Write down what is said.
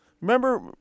Remember